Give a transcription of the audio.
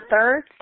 third